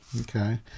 Okay